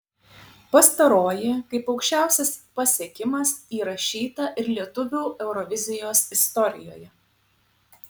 pastaroji kaip aukščiausias pasiekimas įrašyta ir lietuvių eurovizijos istorijoje